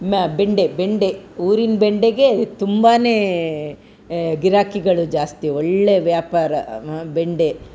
ಮ ಬೆಂಡೆ ಬೆಂಡೆ ಊರಿನ ಬೆಂಡೆಗೆ ತುಂಬಾ ಗಿರಾಕಿಗಳು ಜಾಸ್ತಿ ಒಳ್ಳೆಯ ವ್ಯಾಪಾರ ಹಾಂ ಬೆಂಡೆ